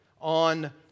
on